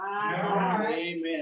Amen